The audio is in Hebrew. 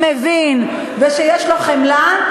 שהוא מבין ושיש לו חמלה,